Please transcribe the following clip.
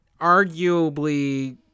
arguably